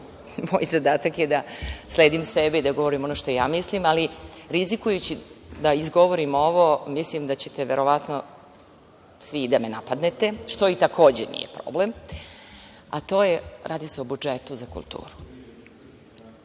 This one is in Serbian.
moj zadatak da sledim sebe i govorim ono što ja mislim, ali rizikujući da izgovorim ovo, mislim da ćete verovatno svi da me napadnete, što takođe nije problem, a to je – radi se o budžetu za kulturu. Ja